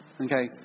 Okay